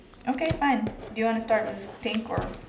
okay fine do you want to start with pink or